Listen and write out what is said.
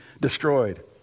destroyed